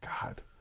God